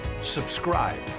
subscribe